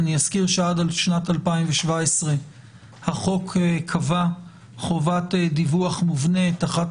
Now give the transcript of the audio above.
אני אזכיר שעד על שנת 2017 החוק קבע חובת דיווח מובנית אחת